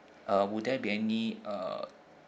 uh will there be any uh